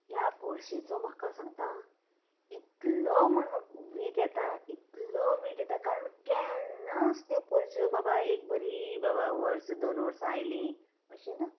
ह्या पर्सीचो म्हाका सांगता इतलो म्हण म्हाका वीट येता इतलो वीट येता कारण केन्नाच त्यो पर्स्यो बरी बाबा वर्स दोन वर्सा आयली अशें ना